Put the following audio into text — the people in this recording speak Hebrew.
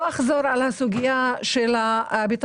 בעניין של המעונות